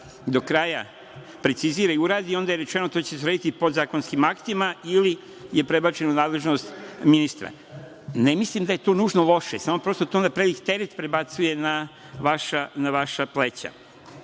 do kraja precizira i uradi, onda je rečeno to će se srediti podzakonskim aktima ili je prebačeno u nadležnost ministra. Ne mislim da je to nužno loše, samo prosto to pravi teret, prebacuje na vaša pleća